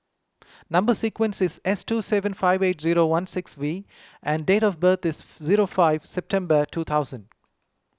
Number Sequence is S two seven five eight zero one six V and date of birth is zero five September two thousand